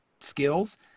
skills